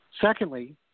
Secondly